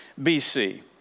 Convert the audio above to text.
bc